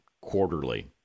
quarterly